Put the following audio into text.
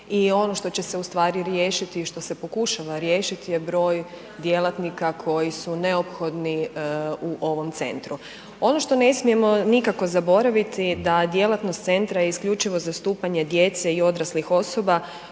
i ono što će se ustvari riješiti i što se pokušava riješiti je broj djelatnika koji su neophodni u ovom centru. Ono što ne smijemo nikako zaboraviti da djelatnost centra je isključivo zastupanje djece i odraslih osoba